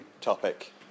topic